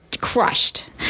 crushed